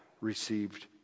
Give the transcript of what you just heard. received